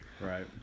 right